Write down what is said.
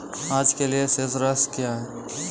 आज के लिए शेष राशि क्या है?